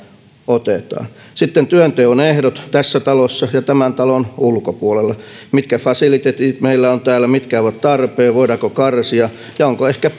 otetaan sitten työnteon ehdot tässä talossa ja tämän talon ulkopuolella mitkä fasiliteetit meillä on täällä mitkä ovat tarpeen voidaanko karsia ja onko ehkä